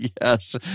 yes